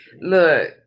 Look